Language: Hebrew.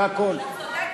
זה הכול.